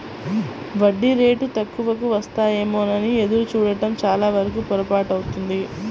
వడ్డీ రేటు తక్కువకు వస్తాయేమోనని ఎదురు చూడడం చాలావరకు పొరపాటే అవుతుంది